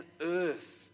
earth